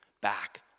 back